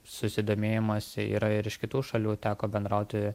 susidomėjimas yra ir iš kitų šalių teko bendrauti